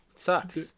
sucks